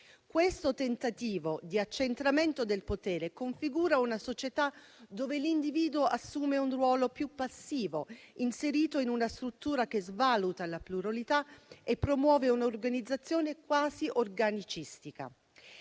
Questo tentativo di accentramento del potere configura una società dove l'individuo assume un ruolo più passivo, inserito in una struttura che svaluta la pluralità e promuove un'organizzazione quasi organicistica.